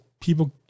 people